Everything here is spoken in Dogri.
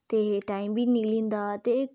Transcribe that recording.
ते टाइम बी निकली जंदा ते